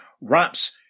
wraps